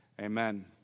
amen